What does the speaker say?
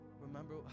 Remember